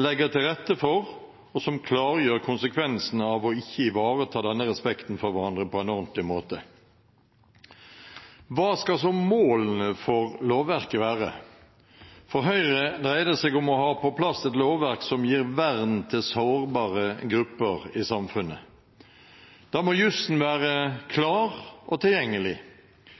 legger til rette for og klargjør konsekvensene av ikke å ivareta denne respekten for hverandre på en ordentlig måte. Hva skal så målene for lovverket være? For Høyre dreier det seg om å ha på plass et lovverk som gir vern til sårbare grupper i samfunnet. Da må jussen være klar og tilgjengelig.